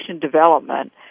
development